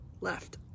left